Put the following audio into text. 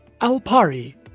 Alpari